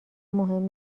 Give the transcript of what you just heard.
مهم